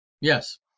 Yes